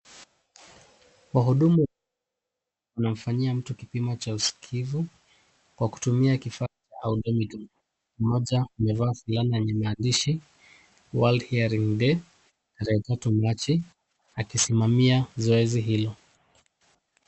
Wahudumu wanamfanyia mtu kipimo cha usikivu, kwa kutumia kifaa automatiki. Mmoja amevaa fulana yenye maandishi, World Hearing Day , tarehe tatu Machi, akisimamia zoezi hilo.